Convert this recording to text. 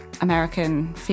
American